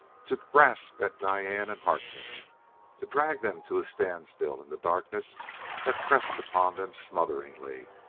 to grasp at diane and harkness to drag them to a standstill in the darkness that pressed upon them smotheringly,